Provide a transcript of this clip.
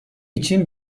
için